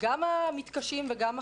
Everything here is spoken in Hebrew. גם המתקשים וגם החזקים,